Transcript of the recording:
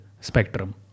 spectrum